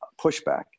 pushback